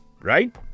right